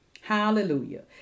Hallelujah